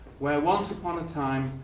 where, once upon a time,